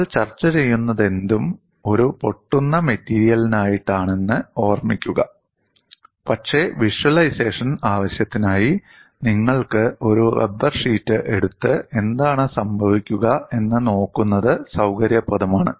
നമ്മൾ ചർച്ച ചെയ്യുന്നതെന്തും ഒരു പൊട്ടുന്ന മെറ്റീരിയലിനായിട്ടാണെന്ന് ഓർമ്മിപ്പിക്കുക പക്ഷേ വിഷ്വലൈസേഷൻ ആവശ്യത്തിനായി നിങ്ങൾക്ക് ഒരു റബ്ബർ ഷീറ്റ് എടുത്ത് എന്താണ് സംഭവിക്കുക എന്ന് നോക്കുന്നത് സൌകര്യപ്രദമാണ്